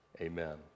Amen